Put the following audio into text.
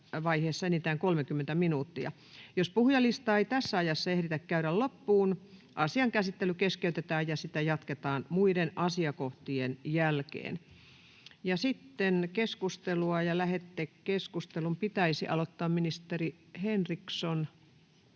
vaiheessa enintään 30 minuuttia. Jos puhujalistaa ei tässä ajassa ehditä käydä loppuun, asian käsittely keskeytetään ja sitä jatketaan muiden asiakohtien jälkeen. — Ministeri Satonen, olkaa hyvä. Arvoisa rouva puhemies!